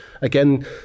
again